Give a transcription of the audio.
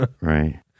right